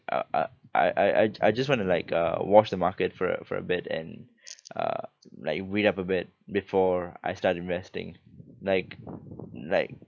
uh uh I I I I just want to like uh watch the market for a for a bit and uh like read up a bit before I start investing like like